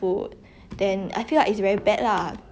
ya